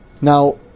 Now